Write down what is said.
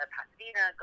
Pasadena